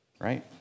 right